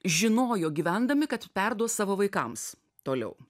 žinojo gyvendami kad perduos savo vaikams toliau